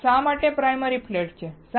ત્યાં શા માટે પ્રાયમરી ફ્લેટ છે